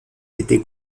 était